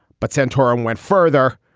but santorum went further,